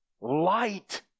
light